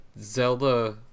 Zelda